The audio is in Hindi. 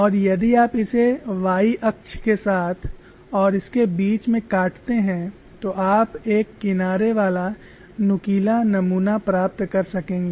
और यदि आप इसे y अक्ष के साथ और इसके बीच में काटते हैं तो आप एक किनारे वाला नुकीला नमूना प्राप्त कर सकेंगे